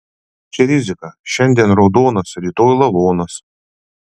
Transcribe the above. čia rizika šiandien raudonas rytoj lavonas